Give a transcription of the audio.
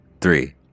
three